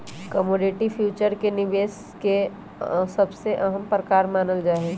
commodity future के निवेश के सबसे अहम प्रकार मानल जाहई